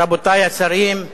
רבותי השרים,